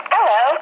Hello